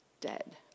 Dead